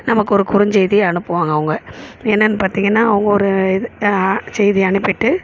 நமக்கு ஒரு குறுஞ்செய்தி அனுப்புவாங்க அவங்க என்னென்னு பார்த்திங்கன்னா அவங்க ஒரு இது செய்தி அனுப்பிவிட்டு